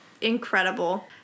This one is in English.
incredible